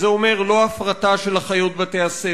וזה אומר לא הפרטה של אחיות בתי-הספר,